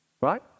Right